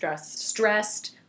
stressed